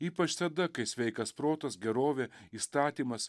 ypač tada kai sveikas protas gerovė įstatymas